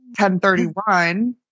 1031